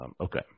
Okay